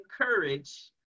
encourage